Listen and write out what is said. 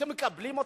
אתם מקבלים אותם?